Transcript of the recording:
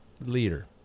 leader